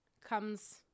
comes